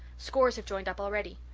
scores have joined up already.